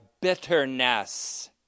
bitterness